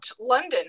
London